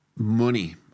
money